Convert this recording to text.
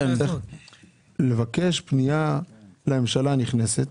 לבקש פנייה לממשלה הנכנסת